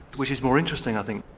which is more interesting i think.